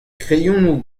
kreionoù